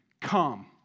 come